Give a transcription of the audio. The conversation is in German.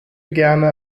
gerne